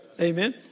Amen